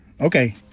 Okay